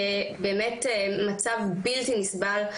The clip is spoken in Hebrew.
זה באמת מצב בלתי נסבל.